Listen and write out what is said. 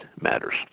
matters